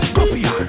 Coffee